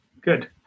good